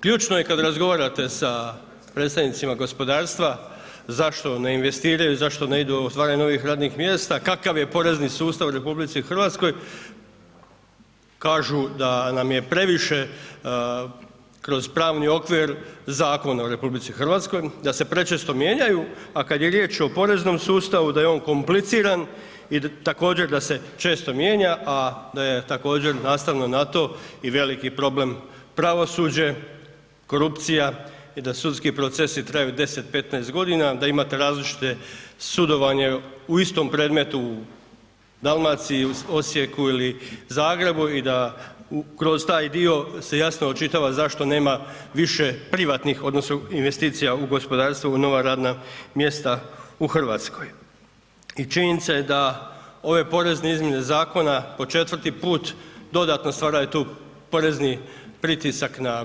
Ključno je kad razgovarate sa predstavnicima gospodarstva zašto ne investiraju, zašto ne idu u otvaranje novih radnih mjesta, kakav je porezni sustav u RH, kažu da nam je previše kroz pravni okvir zakona u RH, da se prečesto mijenjaju, a kad je riječ o poreznom sustavu da je on kompliciran i također da se često mijenja, a da je također nastavno na to i veliki problem pravosuđe, korupcija i da sudski procesi traju 10-15.g., da imate različite sudovanje u istom predmetu u Dalmaciji, u Osijeku ili Zagrebu i da kroz taj dio se jasno očitava zašto nema više privatnih odnosno investicija u gospodarstvu u nova radna mjesta u RH i činjenica je da ove porezne izmjene zakona po četvrti put dodatno stvaraju tu porezni pritisak na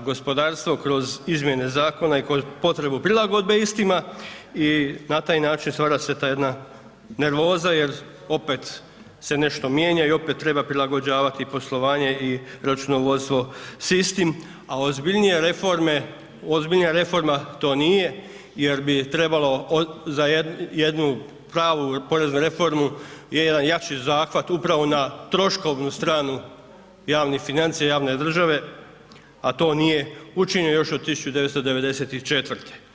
gospodarstvo kroz izmjene zakona i kroz potrebu prilagodbe istima i na taj način stvara se ta jedna nervoza jer opet se nešto mijenja i opet treba prilagođavati poslovanje i računovodstvo s istim, a ozbiljnija reforme, ozbiljnija reforma to nije jer bi trebalo za jednu pravu poreznu reformu jedan jači zahvat upravo na troškovnu stranu javnih financija, javne države, a to nije učinjeno još od 1994.